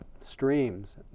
streams